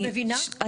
את מבינה?